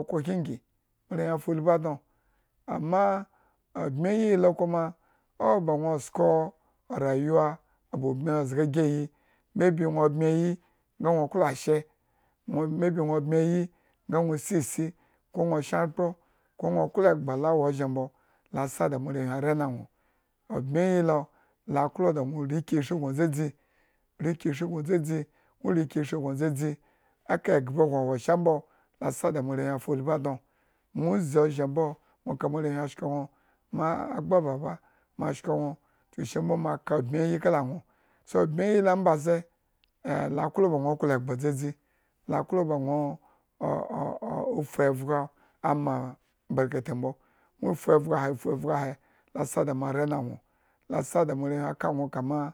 sko rayuwa ba ubmihi zga egiyi maybe nwo bmyeyi nnga nwo, amma obmyeyi he lo kuma owo ba nwo sko rayuwa ba ubmihi zga egiyi maybe nwo bmyeyi nga nwosiisi ko shan akpro ko nwo klo egba la ozhen mbo la sa da moarewhi rena anwo, obyeyi hi lo la kbo da nwo rike eshri dzadzi, rike dzadzi nwo rike eshri gno dzadzi eka eghba gno sha mboo la sa da moarewhi a fulbi ada nwo, nwozi ozhen mbo nwo ka moarewhi ashko nwo, maa agba baba. ma shko nwo ehuku eshi mbo mo ka obmyeyi kala nwo, so, obyeyi lo ambaze eh la kloba nwo klo egba dzadzi, la klo ba nwo ufu evgo ama berkete mbo fu evgo ahe fu avgo ahe, la sa da moarewhi arena nwo la sa da moarewhi aka kama